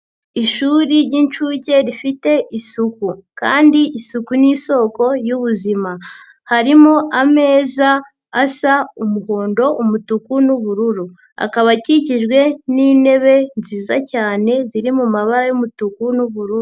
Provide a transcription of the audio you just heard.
Ishuri ry'inshuke rifite isuku kandi isuku ni'soko y'ubuzima, harimo ameza asa umuhondo, umutuku n'ubururu ,akaba akikijwe n'intebe nziza cyane ziri mu mabara y'umutuku n'ubururu.